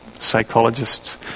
psychologist's